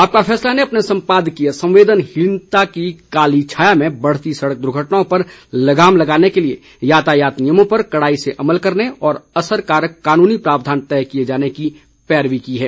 आपका फैसला ने अपने संपादकीय संवेदनहीनता की काली छाया में बढ़ती सड़क दुर्घटनाओं पर लगाम लगाने के लिए यातायात नियमों पर कड़ाई से अमल करने और असर कारक कानूनी प्रावधान तय किये जाने की पैरवी की है